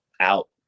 out